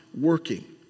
working